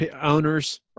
owners